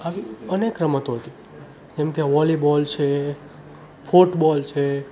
આવી અનેક રમતો હતી જેમ કે વોલીબોલ છે ફૂટબોલ છે